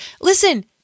listen